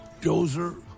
Dozer